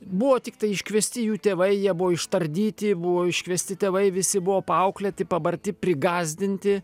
buvo tiktai iškviesti jų tėvai jie buvo ištardyti buvo iškviesti tėvai visi buvo paauklėti pabarti prigąsdinti